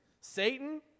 Satan